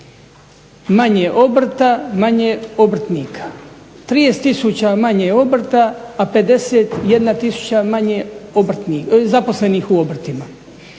Manje obrta, manje obrtnika. 30000 manje obrta, a 51000 zaposlenih u obrtima.